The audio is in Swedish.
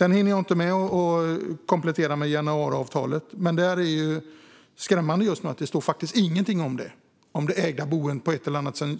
Jag hinner inte med att komplettera med januariavtalet, men det är skrämmande att det faktiskt inte står någonting där om det ägda boendet